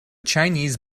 chinese